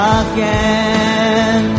again